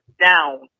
down